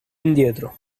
indietro